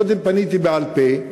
קודם פניתי בעל-פה,